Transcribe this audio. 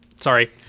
Sorry